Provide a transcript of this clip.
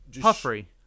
Puffery